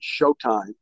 Showtime